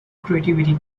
creativity